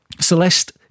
Celeste